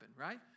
right